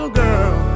girl